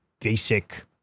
basic